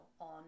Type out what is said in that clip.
on